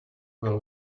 will